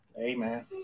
Amen